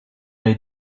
les